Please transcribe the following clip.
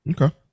Okay